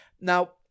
Now